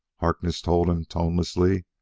harkness told him tonelessly.